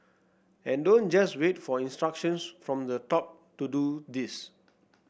and don't just wait for instructions from the top to do this